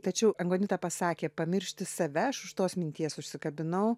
tačiau angonita pasakė pamiršti save aš už tos minties užsikabinau